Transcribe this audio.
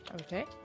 okay